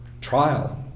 Trial